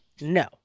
no